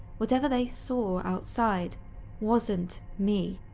whatever they saw outside wasn't me.